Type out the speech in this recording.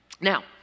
Now